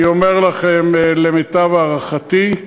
אני אומר לכם: למיטב הערכתי,